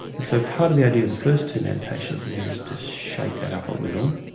and so part of the idea of the first two meditations there is to shake that up a little.